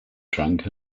drank